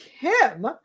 Kim